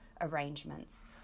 arrangements